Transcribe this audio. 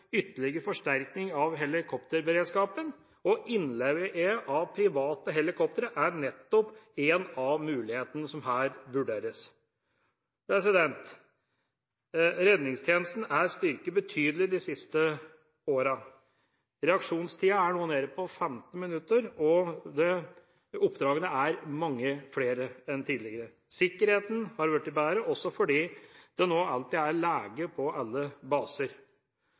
ytterligere forsterkning av helikopterberedskapen. Innleie av private helikoptre er nettopp en av mulighetene som her vurderes. Redningstjenesten er styrket betydelig de siste årene. Reaksjonstiden er nå nede på 15 minutter, og oppdragene er mange flere enn tidligere. Sikkerheten har blitt bedre, også fordi det nå alltid er lege på alle baser.